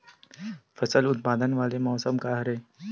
फसल उत्पादन वाले मौसम का हरे?